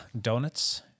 donuts